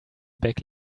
back